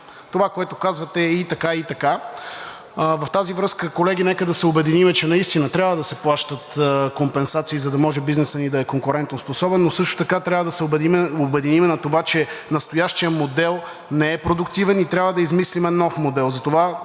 това, което казвате, е и така, и така. В тази връзка, колеги, нека да се обединим, че наистина трябва да се плащат компенсации, за да може бизнесът ни да е конкурентоспособен, но също така трябва да се обединим за това, че настоящият модел не е продуктивен и трябва да измислим нов модел.